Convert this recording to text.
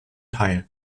teil